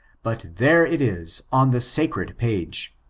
but, there it is on the sacred page.